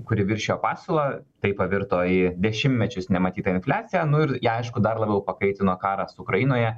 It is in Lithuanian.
kuri viršijo pasiūlą tai pavirto į dešimtmečius nematytą infliaciją nu ir ją aišku dar labiau pakaitino karas ukrainoje